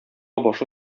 башы